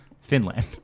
Finland